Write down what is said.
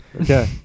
Okay